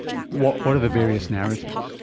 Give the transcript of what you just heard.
what what are the various narratives?